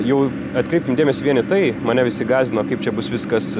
jau atkreipkim dėmesį vien į tai mane visi gąsdino kaip čia bus viskas